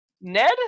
Ned